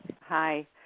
Hi